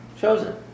chosen